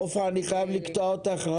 עפרה, אני חייב לקטוע אותך.